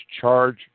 charge